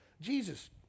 Jesus